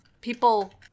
People